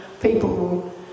people